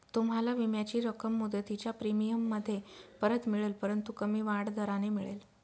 तुम्हाला विम्याची रक्कम मुदतीच्या प्रीमियममध्ये परत मिळेल परंतु कमी वाढ दराने मिळेल